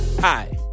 Hi